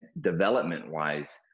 development-wise